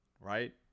right